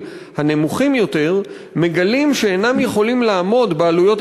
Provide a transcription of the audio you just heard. הנמוכים יותר מגלים שאינם יכולים לעמוד בעלויות